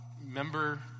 member